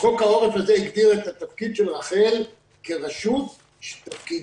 חוק העורף הזה הגדיר את התפקיד של רח"ל כרשות שתפקידה